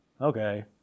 Okay